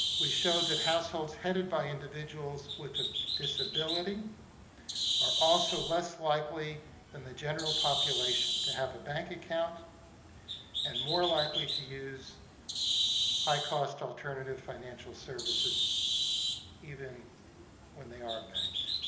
we show that households headed by individuals with a disability are also less likely than the general population to have a bank account and more likely to use high-cost alternative financial services even when they are banked.